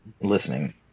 listening